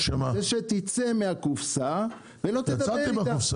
זה שתצא מהקופסה ולא תדבר --- יצאתי מהקופסה.